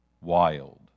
wild